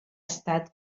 estat